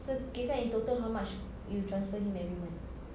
so kirakan in total how much you transfer him every month